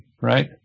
right